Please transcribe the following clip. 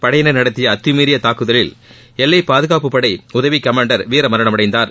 படையினர் நடத்திய அத்தமீறிய தாக்குதலில் எல்லை பாதுகாப்புப் படை உதவி கமாண்டர் வீரமரணம் அடைந்தார்